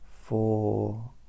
four